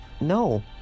No